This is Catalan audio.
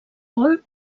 paul